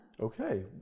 Okay